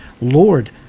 Lord